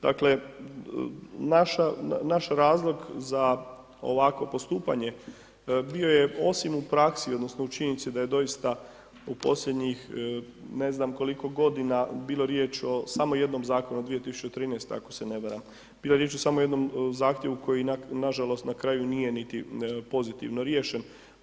Dakle, naš razlog za ovakvo postupanje bio je osim u praksi odnosno u činjenici da je doista u posljednjih ne znam koliko godina bilo riječi o samo jednom zakonu od 2013. ako se ne varam, bilo je riječi samo o jednom zahtjevu koji nažalost na kraju nije niti pozitivno riješen.